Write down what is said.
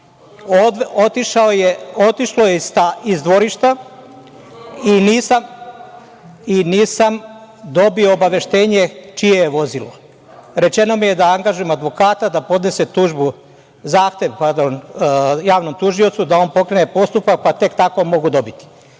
je iz dvorišta i nisam dobio obaveštenje čije je vozilo. Rečeno mi je da angažujem advokata da podnese tužbu, pardon zahtev, javnom tužiocu da on pokrene postupak, pa tek tako mogu dobiti.